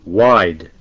wide